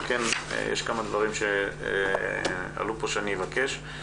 אבל יש כמה דברים שעלו פה שאני אבקש.